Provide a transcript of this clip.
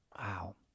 Wow